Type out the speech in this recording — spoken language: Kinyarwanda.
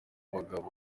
abagabo